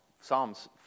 Psalms